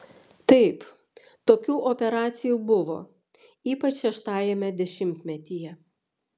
taip tokių operacijų buvo ypač šeštajame dešimtmetyje